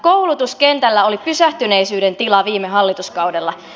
koulutuskentällä oli pysähtyneisyyden tila viime hallituskaudella